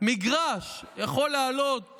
מגרש יכול לעלות